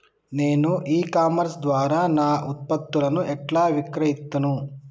నేను e commerce ద్వారా నా ఉత్పత్తులను ఎట్లా విక్రయిత్తను?